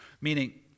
meaning